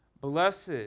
Blessed